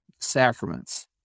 sacraments